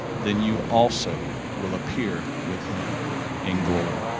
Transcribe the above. then you also will appear with him in glory.